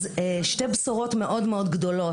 אז שתי בשורות מאוד מאוד גדולות,